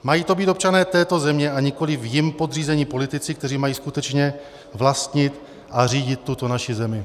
Mají to být občané této země a nikoliv jim podřízení politici, kteří mají skutečně vlastnit a řídit tuto naši zemi.